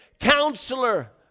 Counselor